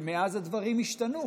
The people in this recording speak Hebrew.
ומאז הדברים השתנו.